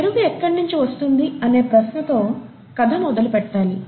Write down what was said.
పెరుగు ఎక్కడ నించి వస్తుంది అనే ప్రశ్నతో కథ మొదలుపెట్టాలి